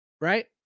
right